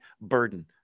burden